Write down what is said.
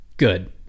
good